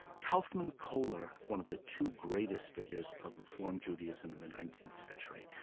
kaufmann kohler, one of the two greatest figures of reform judaism in the nineteenth century,